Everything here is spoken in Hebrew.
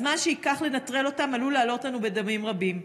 הזמן שייקח לנטרל אותם עלול לעלות לנו בדמים רבים.